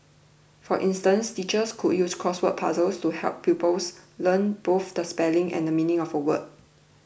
for instance teachers could use crossword puzzles to help pupils learn both the spelling and the meaning of a word